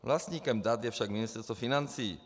Vlastníkem dat je však Ministerstvo financí.